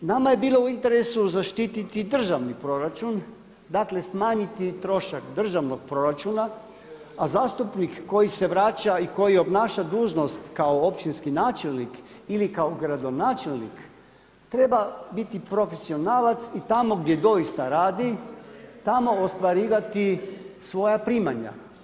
Nama je bilo u interesu zaštititi državni proračun, dakle smanjiti trošak državnog proračuna, a zastupnik koji se vraća i koji obnaša dužnost kao općinski načelnik ili kao gradonačelnik treba biti profesionalac i tamo gdje doista radi tamo ostvarivati svoja primanja.